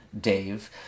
Dave